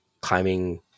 climbing